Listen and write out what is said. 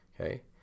Okay